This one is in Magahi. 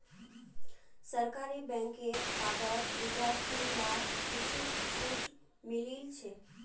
सरकारी बैंकेर कार्डत विद्यार्थि लाक कुछु छूट मिलील छ